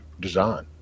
design